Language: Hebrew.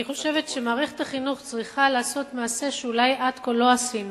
אני חושבת שמערכת החינוך צריכה לעשות מעשה שאולי עד כה לא עשינו,